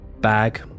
Bag